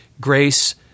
grace